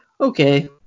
okay